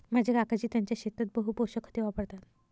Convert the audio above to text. माझे काकाजी त्यांच्या शेतात बहु पोषक खते वापरतात